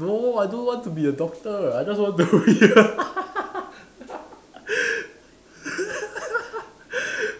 no I don't want to be a doctor I just want to be a